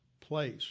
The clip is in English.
place